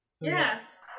Yes